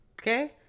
Okay